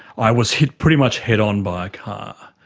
i was hit pretty much head-on by a car.